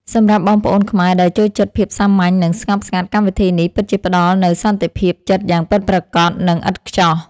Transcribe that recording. សម្រាប់បងប្អូនខ្មែរដែលចូលចិត្តភាពសាមញ្ញនិងស្ងប់ស្ងាត់កម្មវិធីនេះពិតជាផ្តល់នូវសន្តិភាពចិត្តយ៉ាងពិតប្រាកដ និង ឥតខ្ចោះ។